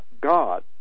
God